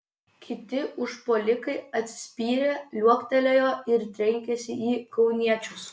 kiti užpuolikai atsispyrę liuoktelėjo ir trenkėsi į kauniečius